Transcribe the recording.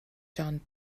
john